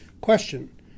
Question